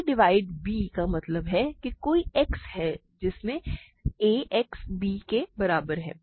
a divides b का मतलब है कि कोई x है जिससे ax b के बराबर है